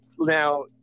Now